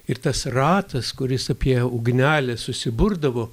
ir tas ratas kuris apie ugnelę susiburdavo